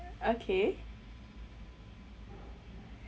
okay